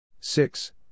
six